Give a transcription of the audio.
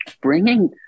bringing